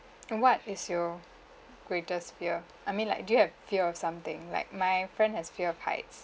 uh what is your greatest fear I mean like do you have fear of something like my friend has fear of heights